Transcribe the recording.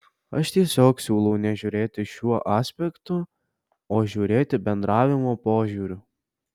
aš tiesiog siūlau nežiūrėti šiuo aspektu o žiūrėti bendravimo požiūriu